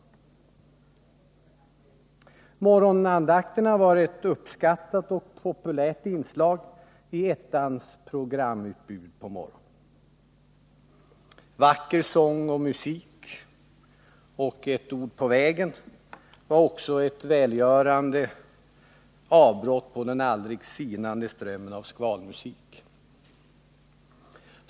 Radions morgonandakt var ett uppskattat och populärt inslag i program 1:s utbud på morgonen. Vacker sång och musik och ett ord på vägen var också ett välgörande avbrott i den aldrig sinande strömmen av skvalmusik.